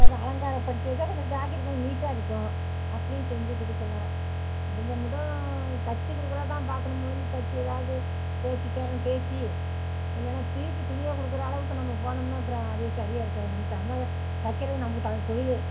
அதான் அலங்காரப் படுத்தி வெச்சால் கொஞ்சும் ஜாக்கெட்டு கொஞ்சும் நீட்டாக இருக்கும் அப்படியும் செஞ்சுக் கொடுக்கலாம் முடிஞ்ச மட்டும் தைச்சி கொடுக்கறத தான் பார்க்கணுமோ ஒழிஞ்சி தைச்சி ஏதாவது பேச்சுத்திறன் பேசி இல்லைன்னா திருப்பி துணியைக் கொடுக்கற அளவுக்கு நம்ம போனோம்னா அப்புறம் அது சரியாக இருக்காது நம்ம தைக்கிறது நமக்கு த தொழில்